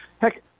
Heck